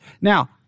Now